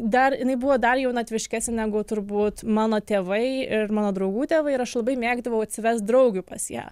dar jinai buvo dar jaunatviškesnė negu turbūt mano tėvai ir mano draugų tėvai ir aš labai mėgdavau atsivest draugių pas ją